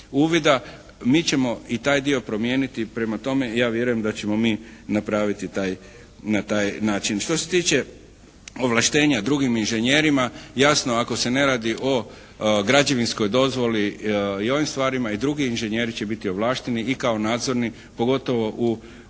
uvida. Mi ćemo i taj dio promijeniti. Prema tome ja vjerujem da ćemo mi napraviti taj, na taj način. Što se tiče ovlaštenja drugim inžinjerima jasno ako se ne radi o građevinskoj dozvoli i ovim stvarima i drugi inžinjeri će biti ovlašteni i kao nadzorni pogotovo u onim